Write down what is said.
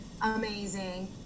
amazing